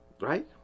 right